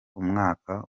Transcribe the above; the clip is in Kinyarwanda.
umwaka